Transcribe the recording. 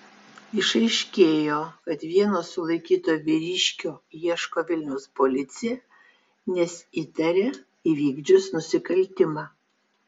išaiškėjo kad vieno sulaikyto vyriškio ieško vilniaus policija nes įtaria įvykdžius nusikaltimą